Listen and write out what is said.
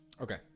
Okay